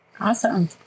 Awesome